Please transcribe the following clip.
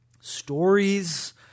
stories